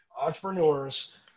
Entrepreneurs